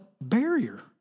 barrier